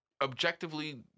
objectively